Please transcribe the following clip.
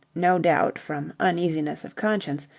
no doubt from uneasiness of conscience,